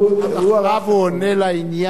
עד עכשיו הוא עונה לעניין,